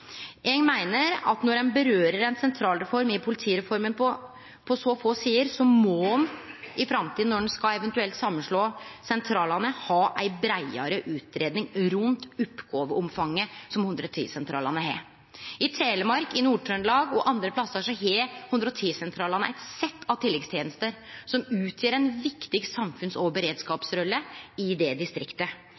Eg meiner at når ein kjem inn på ei sentralreform i politireforma på så få sider, så må ein i framtida – når ein eventuelt skal slå saman sentralane – ha ei breiare utgreiing rundt oppgåveomfanget som 110-sentralane har. I Telemark, i Nord-Trøndelag og andre plasser har 110-sentralane eit sett av tilleggstenester som utgjer ei viktig samfunns- og beredskapsrolle i det distriktet.